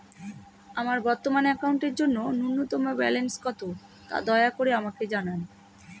আমার বর্তমান অ্যাকাউন্টের জন্য ন্যূনতম ব্যালেন্স কত, তা দয়া করে আমাকে জানান